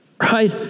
right